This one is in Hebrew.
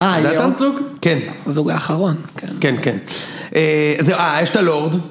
זוג האחרון. כן, כן. אה, יש את הלורד.